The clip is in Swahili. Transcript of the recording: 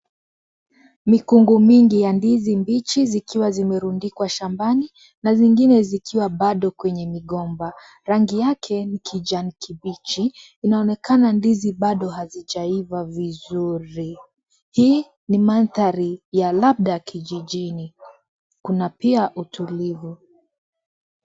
Mikungu mbili ya ndizi mbichi zikiwa zimerundikwa shambani na zingine bado kwenye migomba. Rangi yake ni kijani kibichi. Inaonekana bado ndizi hazijaiva vizuri. Hii ni maandhari ya labda kijijini. Kuna pia utulivu.